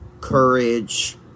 courage